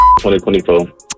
2024